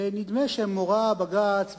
נדמה שמורא בג"ץ,